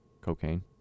Cocaine